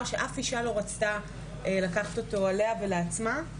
שאף אישה לא רצתה לקחת אותו עליה ולעצמה.